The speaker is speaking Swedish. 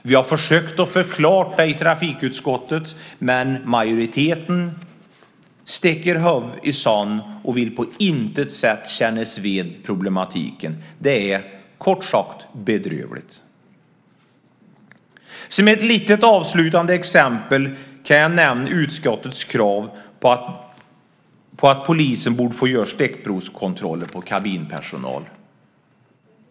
Vi har försökt förklara det i trafikutskottet, men majoriteten sticker huvudet i sanden och vill på intet sätt kännas vid problematiken. Det är kort sagt bedrövligt. Som ett litet avslutande exempel kan jag nämna utskottets krav på att polisen borde få göra stickprovskontroller på kabinpersonal.